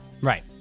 Right